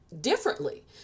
differently